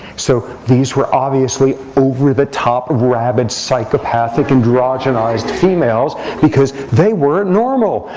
so these were, obviously, over the top, rabid, psychopathic, androgenized, females because they weren't normal.